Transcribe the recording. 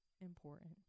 important